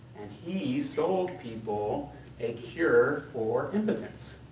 and he sold people a cure for impotence.